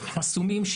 חסומים,